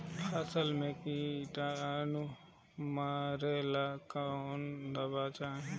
फसल में किटानु मारेला कौन दावा चाही?